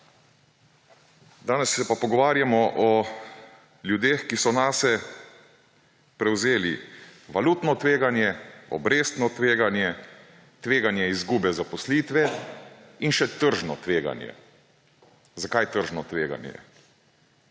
Danes se pa pogovarjamo o ljudeh, ki so nase prevzeli valutno tveganje, obrestno tveganje, tveganje izgube zaposlitve in še tržno tveganje. Zakaj tržno tveganje?